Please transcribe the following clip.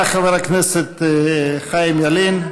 תודה, חבר הכנסת חיים ילין.